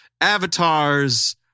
avatars